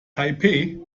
taipeh